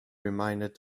reminded